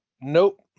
nope